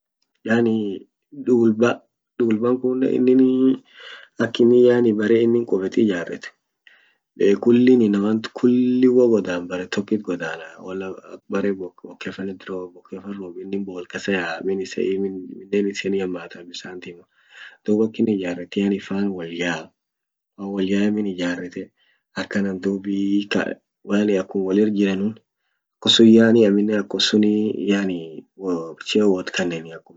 Yani dulba dulban kuneni inin ak yani bere inin qubet ijarret kullin inaman kulli ho godan bere tokit godana ak bere bokenfa it rob boken rob inin bol kasa yaa min isa hiamata bisan timaa. duub akin ijarret yani fan wol yaa fan wol yae min ijarete akanan duubi ka wolir jiranun akum sun yani aminen akum sunii yani cheo wotkananii akum ishin wolir jirtit.